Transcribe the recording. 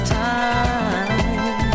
time